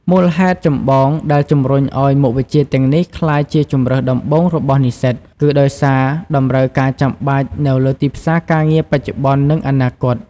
មូលហេតុចម្បងដែលជំរុញឱ្យមុខវិជ្ជាទាំងនេះក្លាយជាជម្រើសដំបូងរបស់និស្សិត គឺដោយសារតម្រូវការចាំបាច់នៅលើទីផ្សារការងារបច្ចុប្បន្ន និងអនាគត។